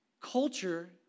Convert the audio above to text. Culture